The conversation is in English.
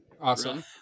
Awesome